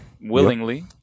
willingly